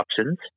options